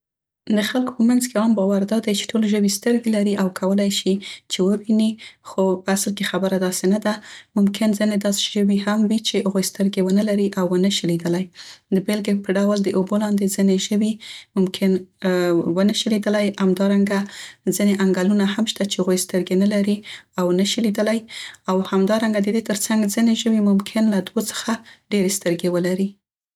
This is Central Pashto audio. د خلکو په منځ کې عام باور دا دی چې ټول ژوي سترګې لري او کولای شي چې وویني، خو په اصل کې خبره داسې نده. ممکن ځینې داسې ژوي هم وي چې هغوی سترګې ونه لري او ونه شي لیدلی. د بیلګې په ډول د اوبو لاندې ځينې ژوي ممکن ونه شي لیدلی. همدارنګه ځينې انګلونه هم شته چې هغوی سترګې نه لري او نشي لیدلی اوهمدارنګه د دې تر څنګ ځینې ژوي ممکن له دوو څخه ډیرې سترګې ولري.